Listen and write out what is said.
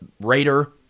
Raider